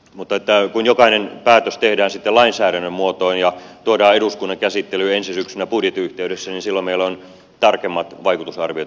mutta kun jokainen päätös tehdään sitten lainsäädännön muotoon ja tuodaan eduskunnan käsittelyyn ensi syksynä budjetin yhteydessä niin silloin meillä on tarkemmat vaikutusarviot eri toimenpiteistä